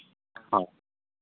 ᱦᱮᱸ